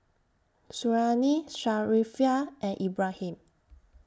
Suriani Sharifah and Ibrahim